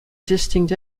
distinct